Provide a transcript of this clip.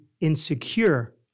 insecure